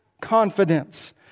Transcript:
confidence